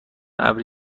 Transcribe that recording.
ابری